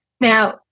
Now